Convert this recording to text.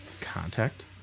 Contact